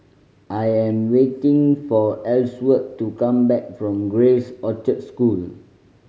I am waiting for Elsworth to come back from Grace Orchard School